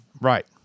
Right